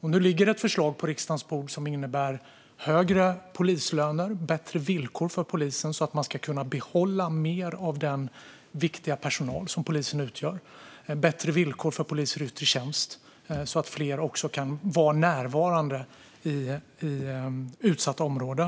Nu ligger ett förslag på riksdagens bord som innebär högre polislöner, bättre villkor för polisen, så att man ska kunna behålla mer av den viktiga personal som polisen utgörs av, och bättre villkor för poliser i yttre tjänst, så att fler kan vara närvarande i utsatta områden.